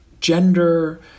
gender